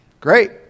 Great